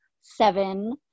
seven